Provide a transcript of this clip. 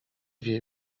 wie